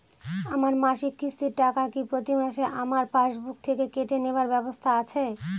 আমার মাসিক কিস্তির টাকা কি প্রতিমাসে আমার পাসবুক থেকে কেটে নেবার ব্যবস্থা আছে?